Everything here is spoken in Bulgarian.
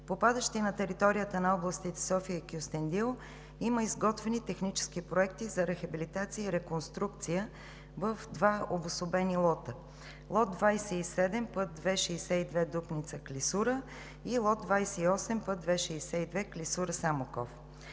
попадащи на територията на областите София и Кюстендил, има изготвени технически проекти за рехабилитация и реконструкция в два обособени лота – лот 27, път ΙΙ-62 Дупница – Клисура, и лот 28, път ΙΙ-62 Клисура – Самоков.